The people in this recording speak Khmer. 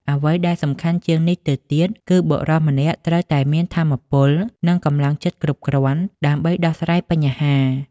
អ្វីដែលសំខាន់ជាងនេះទៅទៀត គឺបុរសម្នាក់ត្រូវតែមានថាមពល និងកម្លាំងចិត្តគ្រប់គ្រាន់ដើម្បីដោះស្រាយបញ្ហា។